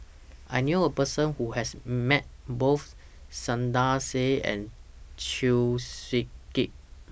I knew A Person Who has Met Both Saiedah Said and Chew Swee Kee